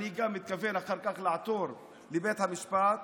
אחר כך אני גם מתכוון לעתור לבית המשפט.